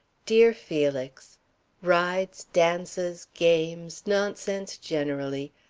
dear felix rides, dances, games, nonsense generally.